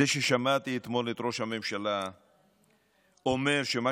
זה ששמעתי אתמול את ראש הממשלה אומר שמה